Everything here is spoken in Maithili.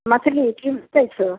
मछली की दर छहो